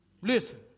Listen